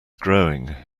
growing